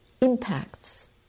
impacts